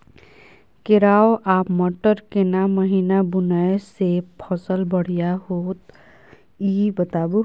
केराव आ मटर केना महिना बुनय से फसल बढ़िया होत ई बताबू?